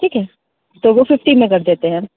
ठीक है तो वह फिफ्टी में कर देते हैं